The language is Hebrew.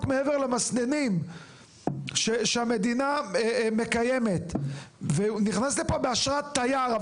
מעבר למסננים שהמדינה מקיימת ונכנס לפה באשרת תייר,